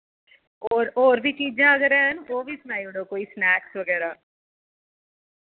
और और वि चीजां अगर हैन ओ वि सनाई ओड़ो स्नैक्स वगैरा